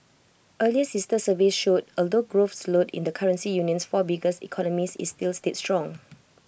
earlier sister surveys showed although growth slowed in the currency union's four biggest economies IT still stayed strong